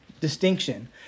distinction